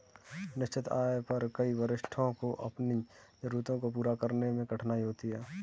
निश्चित आय पर कई वरिष्ठों को अपनी जरूरतों को पूरा करने में कठिनाई होती है